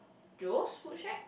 Joe's food shack